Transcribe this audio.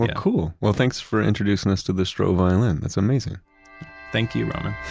ah cool. well, thanks for introducing us to this stroh violin. that's amazing thank you, roman